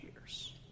years